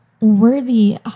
worthy